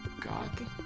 God